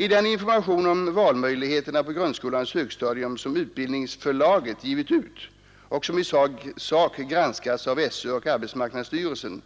I den information om valmöjligheterna på grundskolans högstadium som Utbildningsförlaget givit ut och som i sak granskats av SÖ och arbetsmarknadsstyrelsen